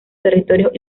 territorios